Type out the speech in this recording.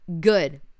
good